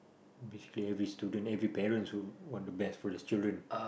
basically every students every parents would want the best for their children